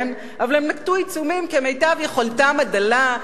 אבל הם נקטו עיצומים כמיטב יכולתם הדלה,